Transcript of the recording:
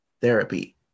therapy